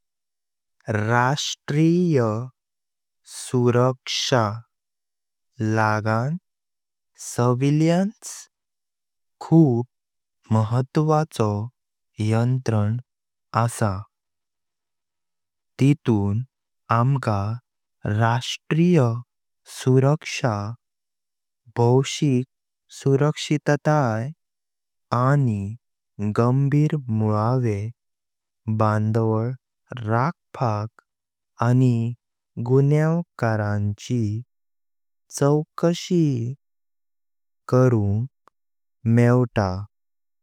राष्ट्रिय सुरक्षा लागण खुब महत्वाचे यंत्रण आसा त्याीतून आमक राष्ट्रीय सुरक्षा, भवशिक सुरक्षीतता आनी गंभीर मुलवे बंदावल रखप आनी गुन्ह्यवकराची चौकशी करणु मेव्त।